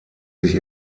sich